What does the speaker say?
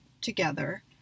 together